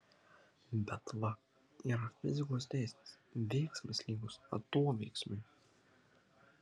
bet va yra fizikos dėsnis veiksmas lygus atoveiksmiui